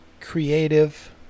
creative